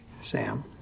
Sam